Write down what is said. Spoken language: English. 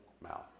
mouth